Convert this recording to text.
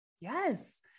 Yes